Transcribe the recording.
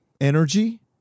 energy